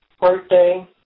birthday